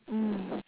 mm